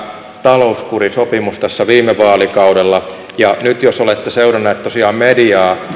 talouskurisopimus tässä viime vaalikaudella nyt jos olette seurannut tosiaan mediaa